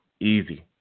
easy